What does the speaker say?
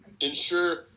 ensure